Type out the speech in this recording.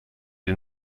den